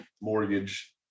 mortgage